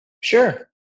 Sure